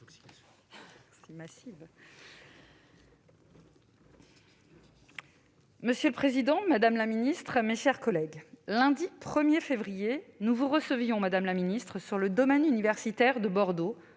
Monsieur le président, madame la ministre, mes chers collègues, le lundi 1 février 2021, nous vous recevions, madame la ministre, sur le domaine universitaire de Bordeaux,